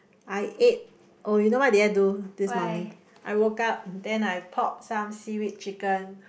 I ate oh you know what did I do this morning I woke up then I pop some seaweed chicken